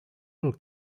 will